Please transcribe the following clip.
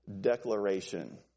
declaration